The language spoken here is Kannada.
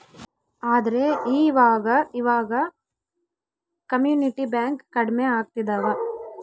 ಆದ್ರೆ ಈವಾಗ ಇವಾಗ ಕಮ್ಯುನಿಟಿ ಬ್ಯಾಂಕ್ ಕಡ್ಮೆ ಆಗ್ತಿದವ